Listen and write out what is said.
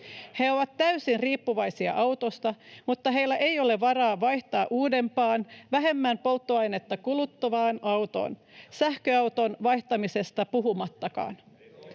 He ovat täysin riippuvaisia autosta, mutta heillä ei ole varaa vaihtaa uudempaan, vähemmän polttoainetta kuluttavaan autoon, sähköautoon vaihtamisesta puhumattakaan.